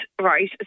right